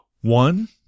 One